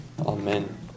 Amen